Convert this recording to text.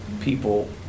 people